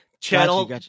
channel